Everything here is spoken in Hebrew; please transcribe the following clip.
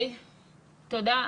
תודה.